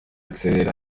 acceder